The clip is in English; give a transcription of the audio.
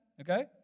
okay